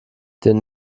den